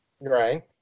right